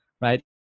right